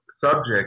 subject